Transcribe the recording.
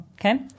Okay